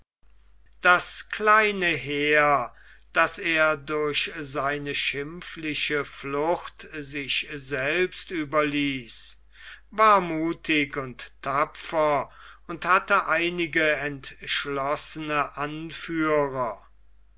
das kleine heer das er durch seine schimpfliche flucht sich selbst überließ war muthig und tapfer und hatte einige entschlossene anführer